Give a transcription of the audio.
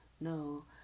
No